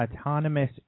Autonomous